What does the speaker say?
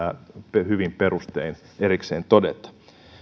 hyvin perustein erikseen todeta